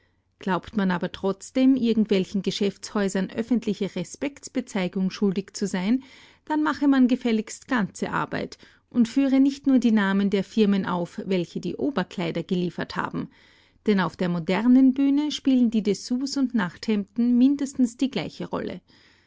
glaubt man aber trotzdem irgendwelchen geschäftshäusern öffentliche respektsbezeigung schuldig zu sein dann mache man gefälligst ganze arbeit und führe nicht nur die namen der firmen auf welche die oberkleider geliefert haben denn auf der modernen bühne spielen die dessous und nachthemden mindestens die gleiche rolle